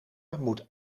moet